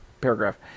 paragraph